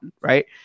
right